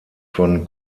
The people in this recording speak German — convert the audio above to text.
von